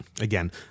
again